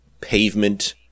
pavement